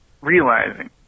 realizing